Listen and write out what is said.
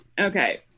Okay